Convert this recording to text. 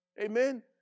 Amen